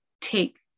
take